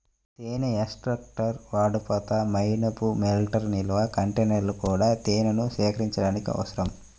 తేనె ఎక్స్ట్రాక్టర్, వడపోత, మైనపు మెల్టర్, నిల్వ కంటైనర్లు కూడా తేనెను సేకరించడానికి అవసరం